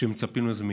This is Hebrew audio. שמצפים לזה מאיתנו.